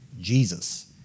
Jesus